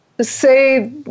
say